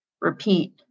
repeat